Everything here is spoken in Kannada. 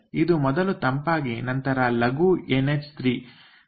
ಇದು ಮೊದಲು ತಂಪಾಗಿ ನಂತರ ಲಘು NH3 ಜೊತೆಗೆ ಬೆರೆಯುತ್ತದೆ